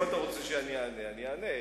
אם אתה רוצה שאני אענה, אני אענה.